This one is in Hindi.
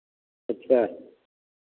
अच्छा